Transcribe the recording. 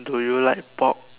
do you like pork